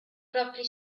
propri